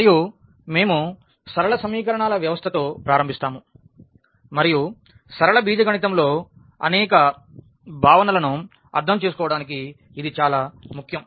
మరియు మేము సరళ సమీకరణాల వ్యవస్థ తో ప్రారంభిస్తాము మరియు సరళ బీజగణితంలో అనేక భావనలను అర్థం చేసుకోవడానికి ఇది చాలా ముఖ్యం